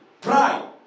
Pride